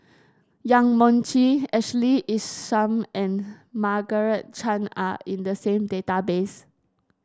Yong Mun Chee Ashley Isham and Margaret Chan are in the same database